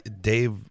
Dave